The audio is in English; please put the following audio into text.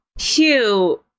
Hugh